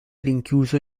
rinchiuso